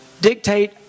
dictate